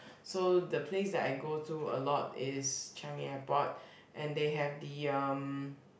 so the place that I go to a lot is Changi-Airport and they have the um